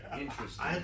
Interesting